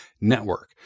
network